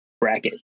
bracket